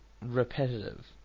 repetitive